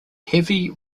heavy